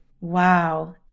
Wow